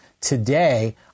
Today